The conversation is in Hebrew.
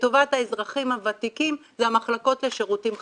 לטובת האזרחים הוותיקים זה המחלקות לשירותים חברתיים.